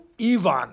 Ivan